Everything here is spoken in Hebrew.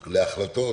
להחלטות,